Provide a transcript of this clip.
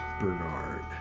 Bernard